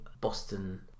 Boston